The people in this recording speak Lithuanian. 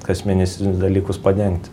kasmėnesinius dalykus padengti